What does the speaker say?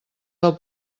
del